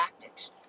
tactics